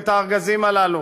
את הארגזים הללו,